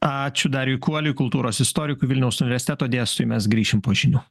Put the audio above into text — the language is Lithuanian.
ačiū dariui kuoliui kultūros istorikui vilniaus universiteto dėstytojui mes grįšim po žinių